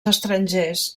estrangers